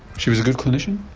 she was a good clinician?